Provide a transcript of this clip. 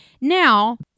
Now